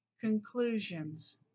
Conclusions